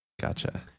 Gotcha